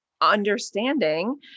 understanding